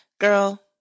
girl